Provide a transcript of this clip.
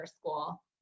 school